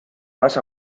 vas